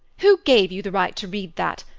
who gave you the right to read that,